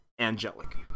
angelic